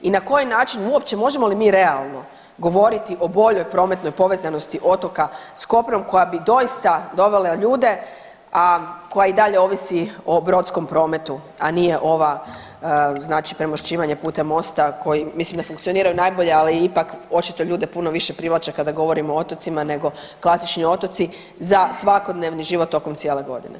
I na koji način uopće možemo li mi realno govoriti o boljoj prometnoj povezanosti otoka s kopnom koja bi doista dovela ljude, a koja i dalje ovisi o brodskom prometu, a nije ova znači premošćivanje putem mosta koji mislim da funkcioniraju najbolje, ali ipak očito ljude puno više privlače kada govorimo o otocima nego klasični otoci za svakodnevni život tokom cijele godine.